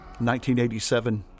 1987